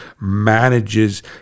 manages